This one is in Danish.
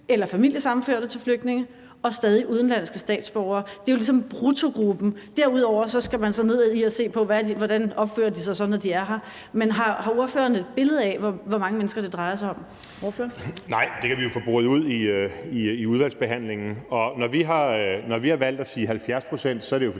eller familiesammenførte til flygtninge og er stadig udenlandske statsborgere? Det er jo ligesom bruttogruppen; derudover skal man så ned og se på, hvordan de opfører sig, når de er her. Men har ordføreren et billede af, hvor mange mennesker det drejer sig om? Kl. 14:50 Tredje næstformand (Trine Torp): Ordføreren. Kl. 14:50 Morten